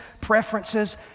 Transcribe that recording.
preferences